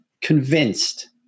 convinced